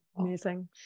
amazing